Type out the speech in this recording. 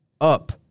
up